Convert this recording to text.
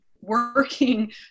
working